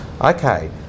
Okay